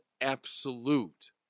absolute